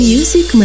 Music